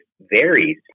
varies